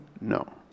No